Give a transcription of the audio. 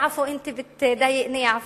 (אומרת בערבית: עפו, אתה גם מפריע לי.)